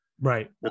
Right